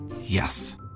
Yes